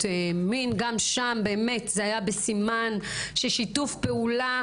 מין גם שם באמת זה היה בסימן של שיתוף פעולה,